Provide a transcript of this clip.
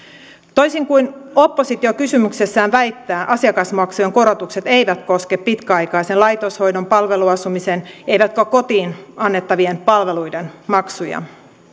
toisin kuin oppositio kysymyksessään väittää asiakasmaksujen korotukset eivät koske pitkäaikaisen laitoshoidon palveluasumisen eivätkä kotiin annettavien palveluiden maksuja